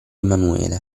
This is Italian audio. emanuele